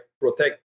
protect